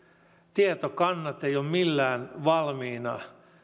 tietokannat eivät ole millään valmiina